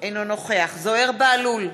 אינו נוכח זוהיר בהלול,